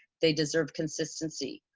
they deserve consistency.